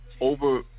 over